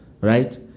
right